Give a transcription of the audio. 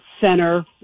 center